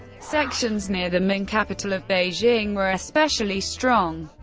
sections near the ming capital of beijing were especially strong.